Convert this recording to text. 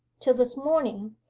till this morning,